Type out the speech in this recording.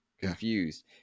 confused